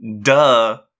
Duh